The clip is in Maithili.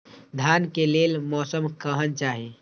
धान के लेल मौसम केहन चाहि?